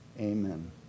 Amen